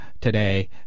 today